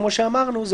כמו שאמרנו זה